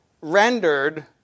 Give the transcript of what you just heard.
rendered